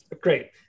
Great